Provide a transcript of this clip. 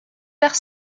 perd